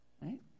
Right